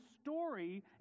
story